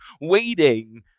waiting